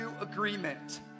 agreement